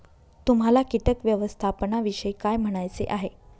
तुम्हाला किटक व्यवस्थापनाविषयी काय म्हणायचे आहे?